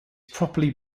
properly